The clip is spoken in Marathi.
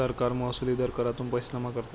सरकार महसुली दर करातून पैसे जमा करते